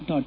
dot